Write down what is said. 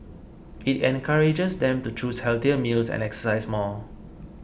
it encourages them to choose healthier meals and exercise more